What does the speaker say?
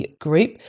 group